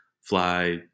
fly